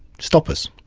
stop us,